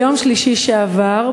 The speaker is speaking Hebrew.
ביום שלישי שעבר,